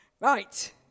Right